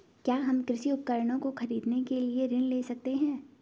क्या हम कृषि उपकरणों को खरीदने के लिए ऋण ले सकते हैं?